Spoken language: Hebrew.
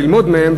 ללמוד ממנה,